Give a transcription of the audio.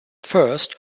first